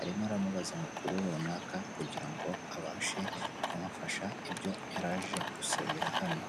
Arimo aramubaza amakuru runaka kugira ngo abashe kumufasha ibyo yaraje gusabira hano.